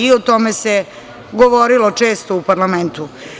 O tome se govorilo često u parlamentu.